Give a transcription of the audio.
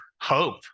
hope